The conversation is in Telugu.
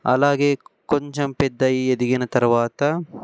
అలాగే కొంచెం పెద్ద అయి ఎదిగిన తర్వాత